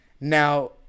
Now